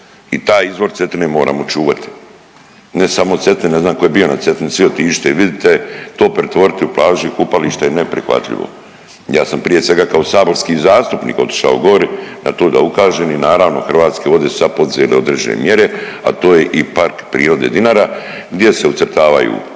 i taj izvor Cetine moramo čuvati, ne samo Cetine, ne znam ko je bio na Cetini, svi otiđite i vidite, to pretvoriti u plaže i kupališta je neprihvatljivo. Ja sam prije svega kao saborski zastupnik otišao gori na to da ukažem i naravno Hrvatske vode su sad poduzele određene mjere, a to je i PP Dinara gdje se ucrtavaju